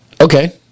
Okay